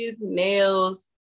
nails